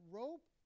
rope